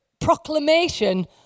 proclamation